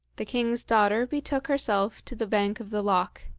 the king's daughter betook herself to the bank of the loch.